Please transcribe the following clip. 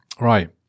Right